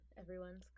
everyone's